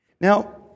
Now